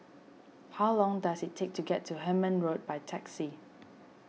how long does it take to get to Hemmant Road by taxi